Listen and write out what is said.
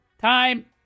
Time